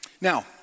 Now